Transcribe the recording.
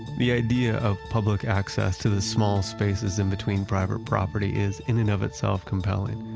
the idea of public access to the small spaces in between private property is, in and of itself, compelling.